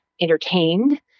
entertained